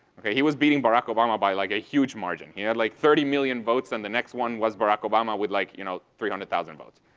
okay? he was beating barack obama by like a huge margin. he had like thirty million votes and the next one was barack obama with like, you know, three hundred thousand votes.